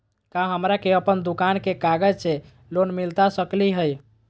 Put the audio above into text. का हमरा के अपन दुकान के कागज से लोन मिलता सकली हई?